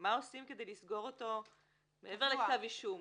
- מה עושים כדי לסגור אותו מעבר לקו אישום?